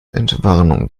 entwarnung